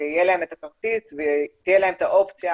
כך שתהיה להם אתה אופציה